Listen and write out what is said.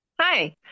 Hi